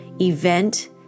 event